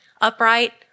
upright